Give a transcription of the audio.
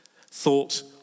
thought